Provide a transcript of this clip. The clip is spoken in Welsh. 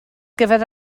gyfer